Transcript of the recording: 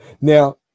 Now